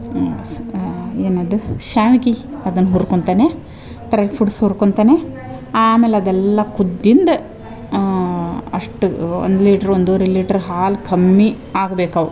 ಸ್ ಏನದು ಶ್ಯಾವಿಗೆ ಅದನ್ನ ಹುರ್ಕೊಳ್ತೇನೆ ಡ್ರೈ ಫ್ರೂಟ್ಸ್ ಹುರ್ಕೊಳ್ತೇನೆ ಆಮೇಲೆ ಅದೆಲ್ಲ ಕುದ್ದಿನ್ದ ಅಷ್ಟು ಒನ್ ಲೀಟ್ರು ಒಂದೂವರೆ ಲೀಟ್ರ್ ಹಾಲು ಕಮ್ಮಿ ಆಗ್ಬೇಕು ಅವ